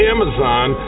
Amazon